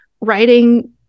writing